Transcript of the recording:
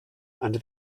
and